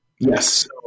Yes